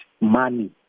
money